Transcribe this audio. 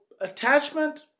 attachment